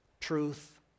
truth